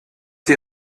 die